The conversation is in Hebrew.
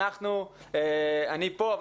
אני פה,